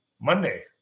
Monday